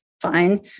fine